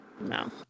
no